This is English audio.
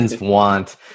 want